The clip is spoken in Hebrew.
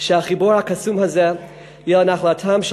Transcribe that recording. כדי שהחיבור הקסום הזה יהיה נחלתו של